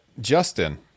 Justin